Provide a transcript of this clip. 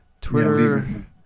Twitter